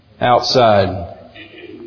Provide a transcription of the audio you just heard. outside